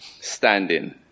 standing